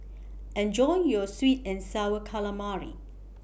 Enjoy your Sweet and Sour Calamari